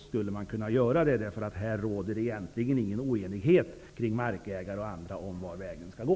Här råder egentligen ingen oenighet mellan markägare och andra om var vägen skall gå.